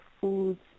foods